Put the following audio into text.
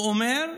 הוא אומר.